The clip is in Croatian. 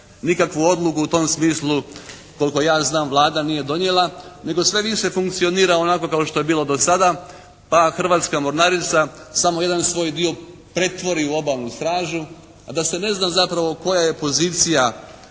Nikakvu odluku u tom smislu koliko ja znam Vlada nije donijela nego sve više funkcionira onako kao što je bilo do sada pa Hrvatska mornarica samo jedan svoj dio pretvori u obalnu stražu a da se ne zna zapravo koja je pozicija